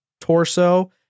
torso